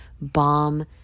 bomb